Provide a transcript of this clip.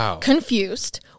confused